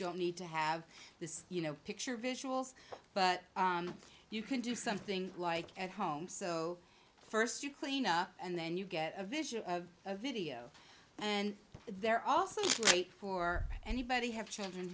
don't need to have this you know picture visuals but you can do something like at home so first you clean up and then you get a vision of a video and they're also right for anybody have children